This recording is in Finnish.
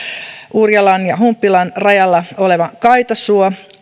urjalan ja humppilan rajalla olevaan kaitasuohon